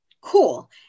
Cool